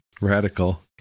Radical